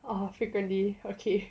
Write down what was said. oh frequently okay